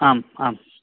आम् आम्